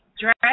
dress